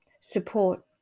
support